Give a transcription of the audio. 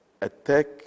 attack